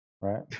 right